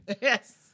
Yes